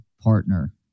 partner